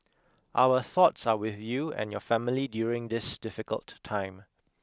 our thoughts are with you and your family during this difficult time